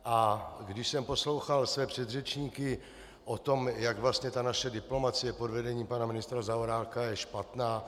A když jsem poslouchal své předřečníky, jak vlastně ta naše diplomacie pod vedením pana ministra Zaorálka je špatná...